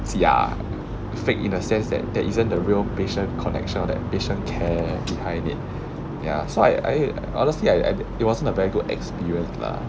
假 fake in a sense that there isn't a real patient connection or that patient care behind it ya so I I honestly I I it wasn't a very good experience lah